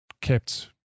kept